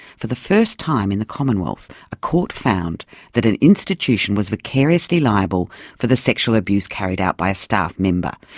for the first time in the commonwealth a court found that an institution was vicariously liable for the sexual abuse carried out by a staff member,